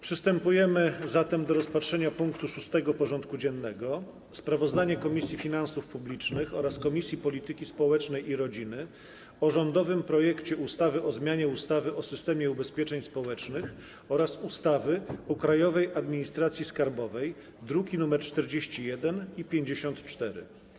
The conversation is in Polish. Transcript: Przystępujemy do rozpatrzenia punktu 6. porządku dziennego: Sprawozdanie Komisji Finansów Publicznych oraz Komisji Polityki Społecznej i Rodziny o rządowym projekcie ustawy o zmianie ustawy o systemie ubezpieczeń społecznych oraz ustawy o Krajowej Administracji Skarbowej (druki nr 41 i 54)